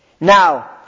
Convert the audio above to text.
Now